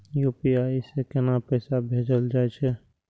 UPI से केना पैसा भेजल जा छे?